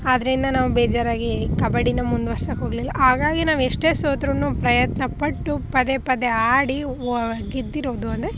ಆದ್ದರಿಂದ ನಮ್ಗೆ ಬೇಜಾರಾಗಿ ಕಬಡ್ಡಿನ ಮುಂದುವರ್ಸೋಕೆ ಹೋಗ್ಲಿಲ್ಲ ಹಾಗಾಗಿ ನಾವು ಎಷ್ಟೇ ಸೋತರೂನು ಪ್ರಯತ್ನಪಟ್ಟು ಪದೇ ಪದೇ ಆಡಿ ಒ ಗೆದ್ದಿರೋದು ಅಂದರೆ